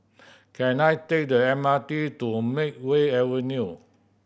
can I take the M R T to Makeway Avenue